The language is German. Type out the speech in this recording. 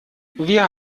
wir